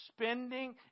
spending